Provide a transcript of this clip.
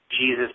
Jesus